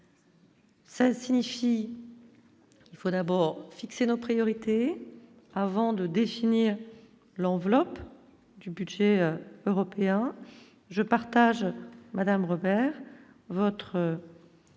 ça signifie, il faut d'abord fixer nos priorités avant de définir l'enveloppe. Du budget européen, je partage Madame Robert votre